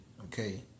Okay